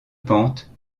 pente